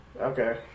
Okay